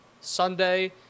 Sunday